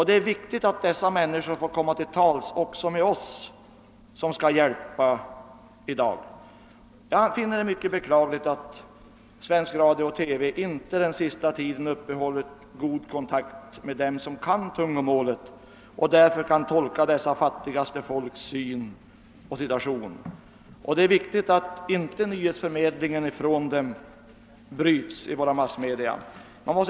Det är viktigt att människorna där också får komma till tals med oss, som skall hjälpa dem. Jag finner det mycket beklagligt att svensk radio och TV under den senaste tiden inte har uppehållit goda kontakter med dem som behärskar dessa tungomål och som kan förmedla dessa fattiga folks syn på sin situation. Det är viktigt att nyhetsförmedlingen från dem inte brytes i våra massmedia.